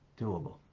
doable